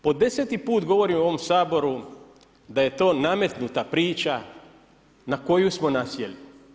Po deseti put govorim u ovom Saboru da je to nametnuta priča na koju smo nasjeli.